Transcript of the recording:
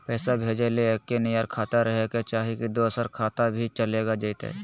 पैसा भेजे ले एके नियर खाता रहे के चाही की दोसर खाता में भी चलेगा जयते?